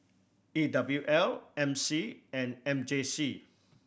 E W L M C and M J C